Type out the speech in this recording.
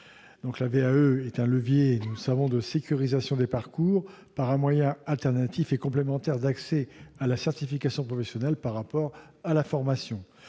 la VAE est un levier de sécurisation des parcours par un moyen alternatif et complémentaire d'accès à la certification professionnelle par rapport à la formation